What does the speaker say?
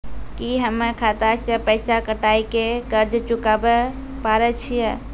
की हम्मय खाता से पैसा कटाई के कर्ज चुकाबै पारे छियै?